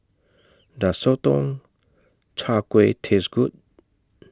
Does Sotong Char Kway Taste Good